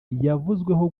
yavuzweho